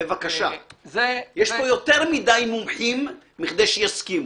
יש פה יותר מדי מומחים מכדי שיסכימו.